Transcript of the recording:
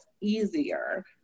easier